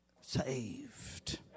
saved